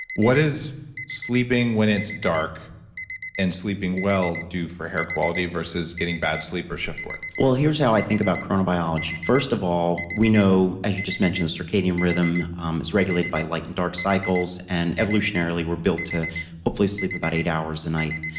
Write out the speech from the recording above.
what is sleeping when it's dark and sleeping well do for hair quality versus getting bad sleep or shift work? well, here's how i think about chronobiology. first of all, we know, as you just mentioned, circadian rhythm um is regulated by light and dark cycles, and evolutionarily we're built to hopefully sleep about eight hours a night.